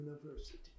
university